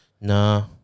Nah